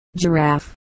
giraffe